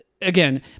again